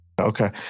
Okay